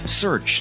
search